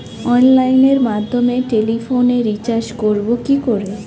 অনলাইনের মাধ্যমে টেলিফোনে রিচার্জ করব কি করে?